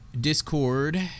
discord